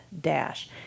dash